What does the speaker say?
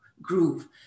groove